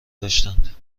داشتند